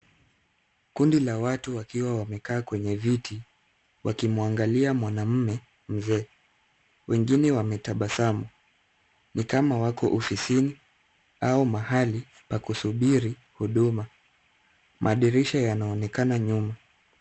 Kundi la watu wakiwa wamekaa kwenye viti, wakimwangalia mwanamume mzee. Wengine wametabasamu, nikama wako ofisini au mahali pakusubiri huduma. Madirisha yanaonekana nyuma.